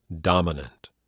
dominant